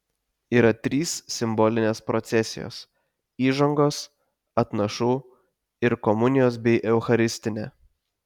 yra trys simbolinės procesijos įžangos atnašų ir komunijos bei eucharistinė